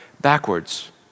backwards